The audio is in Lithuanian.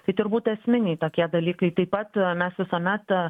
tai turbūt esminiai tokie dalykai taip pat mes visuomet